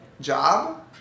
job